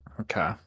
Okay